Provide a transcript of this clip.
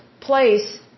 place